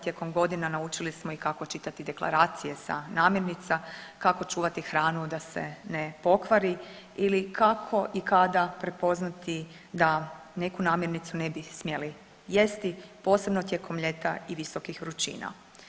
Tijekom godina naučili smo i kako čitati deklaracije sa namirnica, kako čuvati hranu da se ne pokvari ili kako i kada prepoznati da neku namirnicu ne bi smjeli jesti posebno tijekom ljeta i visokih vrućina.